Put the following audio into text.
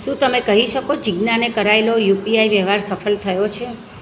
શું તમે કહી શકો જીજ્ઞાને કરાયેલો યુપીઆઈ વ્યવહાર સફળ થયો છે